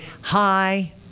Hi